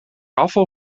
afval